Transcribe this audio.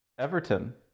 Everton